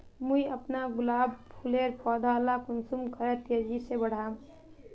मुई अपना गुलाब फूलेर पौधा ला कुंसम करे तेजी से बढ़ाम?